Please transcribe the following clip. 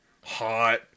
hot